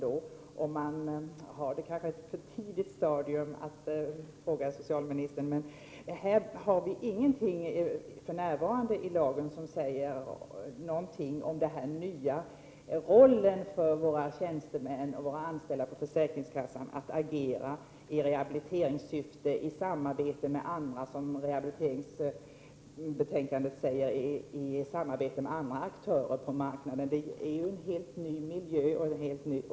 Det är kanske för tidigt att fråga socialministern, men för närvarande finns det ingenting i lagen som säger någonting om den nya roll som tjänstemän och anställda på försäkringskassan får att agera efter i rehabiliteringssyfte i samarbete med andra aktörer på marknaden, enligt vad som sägs i rehabiliteringsbetänkandet. Detta är någonting helt nytt.